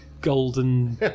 golden